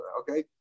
Okay